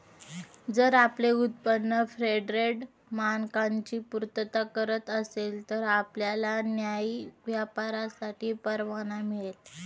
जर आपले उत्पादन फेअरट्रेड मानकांची पूर्तता करत असेल तर आपल्याला न्याय्य व्यापारासाठी परवाना मिळेल